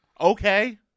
Okay